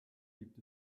gibt